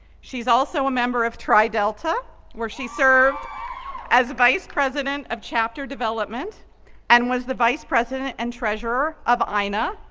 she's also a member of tri delta where she served as vice president of chapter development and was the vice president and treasurer of aaina,